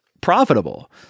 profitable